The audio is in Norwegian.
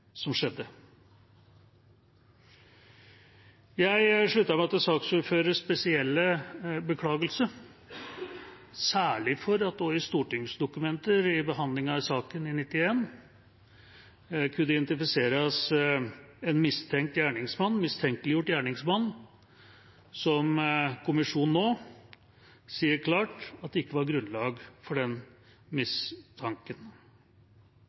som skjedde, skjedde. Jeg slutter meg til saksordførerens spesielle beklagelse, særlig fordi det i stortingsdokumenter i behandlingen av saken i 1991 kunne identifiseres en mistenkeliggjort gjerningsmann. Kommisjonen sier nå klart at det ikke var grunnlag for den